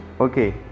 Okay